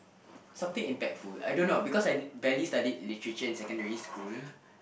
something impactful I don't know because I did barely studied Literature in secondary school